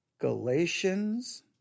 Galatians